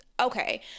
Okay